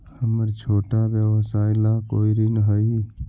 हमर छोटा व्यवसाय ला कोई ऋण हई?